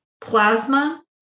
plasma